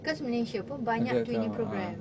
because malaysia pun banyak twinning programme